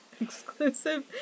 exclusive